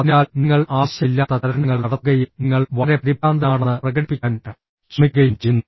അതിനാൽ നിങ്ങൾ ആവശ്യമില്ലാത്ത ചലനങ്ങൾ നടത്തുകയും നിങ്ങൾ വളരെ പരിഭ്രാന്തനാണെന്ന് പ്രകടിപ്പിക്കാൻ ശ്രമിക്കുകയും ചെയ്യുന്നു